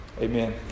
Amen